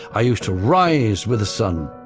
i used to rise with the sun,